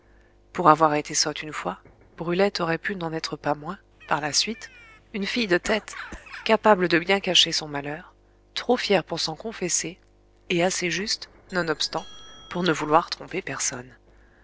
pour avoir été sotte une fois brulette aurait pu n'en être pas moins par la suite une fille de tête capable de bien cacher son malheur trop fière pour s'en confesser et assez juste nonobstant pour ne vouloir tromper personne